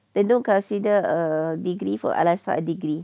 they don't consider a degree for al-azhar a degree